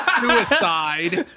Suicide